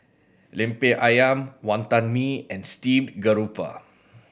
Lemper Ayam Wantan Mee and steamed garoupa